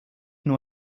nur